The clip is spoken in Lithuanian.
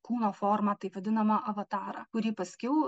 kūno formą taip vadinamą avatarą kurį paskiau